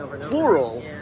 plural